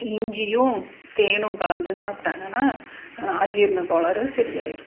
இஞ்சியும் தேனும் கலந்து சாப்பிடாங்கன்னா அஜீரண கோளாறு சரியாயிரும்